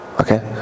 okay